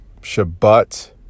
Shabbat